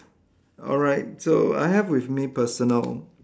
alright so I have with me personal